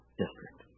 district